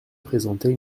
présentait